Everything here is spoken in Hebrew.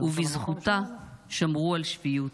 ובזכותה שמרו על שפיות.